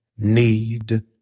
need